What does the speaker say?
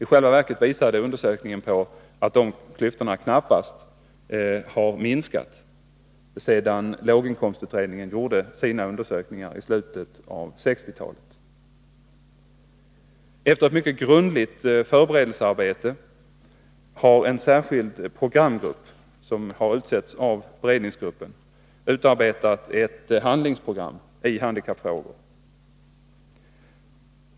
I själva verket visade undersökningen på att de klyftorna knappast har minskat sedan låginkomstutredningen gjorde t sin undersökning i slutet av 1960-talet. Efter ett mycket grundligt förberedelsearbete har en särskild programgrupp, som har utsetts av beredningsgruppen, utarbetat ett handlingsprogram i handikappfrågor.